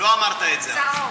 לא אמרת את זה.